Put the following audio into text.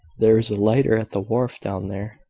there is a lighter at the wharf down there,